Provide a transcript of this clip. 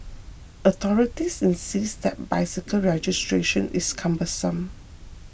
authorities insist that bicycle registration is cumbersome